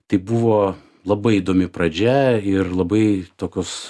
tai buvo labai įdomi pradžia ir labai tokios